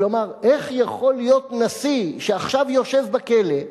כלומר, איך יכול להיות נשיא, שעכשיו יושב בכלא,